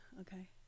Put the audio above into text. okay